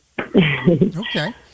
Okay